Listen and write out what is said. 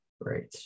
great